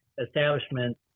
establishment